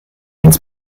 ins